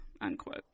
unquote